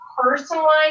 Personalized